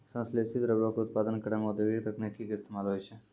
संश्लेषित रबरो के उत्पादन करै मे औद्योगिक तकनीको के इस्तेमाल होय छै